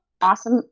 awesome